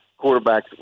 quarterbacks